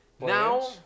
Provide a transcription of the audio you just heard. Now